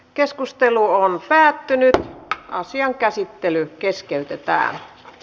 keskustelu päättyi ja asian käsittely keskeytettiin